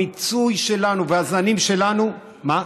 המיצוי שלנו והזנים שלנו, בינתיים,